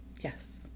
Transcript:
Yes